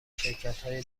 شرکتهای